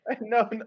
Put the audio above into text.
No